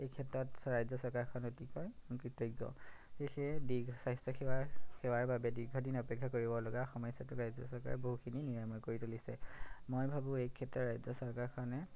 এই ক্ষেত্ৰত ৰাজ্য চৰকাৰখন অতিকৈ কৃতজ্ঞ সেয়ে সেয়ে দীৰ্ঘ স্বাস্থ্যসেৱা সেৱাৰ বাবে দীৰ্ঘদিন অপেক্ষা কৰিব লগা সময়ছোৱাতো ৰাজ্য চৰকাৰে বহুখিনি নিৰাময় কৰি তুলিছে মই ভাবোঁ এই ক্ষেত্ৰত ৰাজ্য চৰকাৰখনে